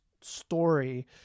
story